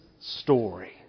story